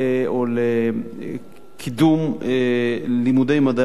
או לקידום לימודי מדעי הרוח,